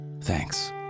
Thanks